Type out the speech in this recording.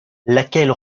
laquelle